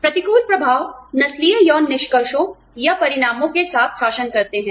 प्रतिकूल प्रभाव नस्लीय यौन निष्कर्षों या परिणामों के साथ शासन करते हैं